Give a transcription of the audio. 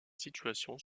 situations